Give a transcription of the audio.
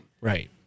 Right